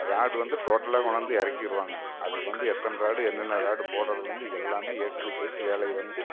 rod வந்து டோட்டலாக கொண்டாந்து இறக்கிருவாங்க அதுக்கு வந்து எத்தனை ராடு என்னென்ன ராடு போடுறதுல இருந்து எல்லாமே ஏ டு இஜெட் வேலை வந்து